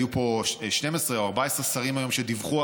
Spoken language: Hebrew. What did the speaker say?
היו פה 12 או 14 שרים שדיווחו היום.